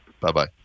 Bye-bye